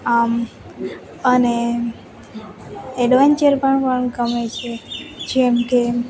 આમ અને એડવેન્ચર પણ પણ ગમે છે જેમકે